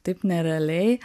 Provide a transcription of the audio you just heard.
taip nerealiai